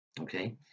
okay